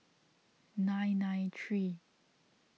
nine nine three